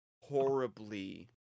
horribly